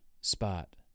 spot